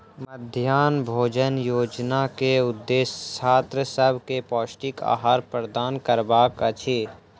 मध्याह्न भोजन योजना के उदेश्य छात्र सभ के पौष्टिक आहार प्रदान करबाक अछि